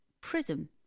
Prism